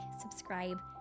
subscribe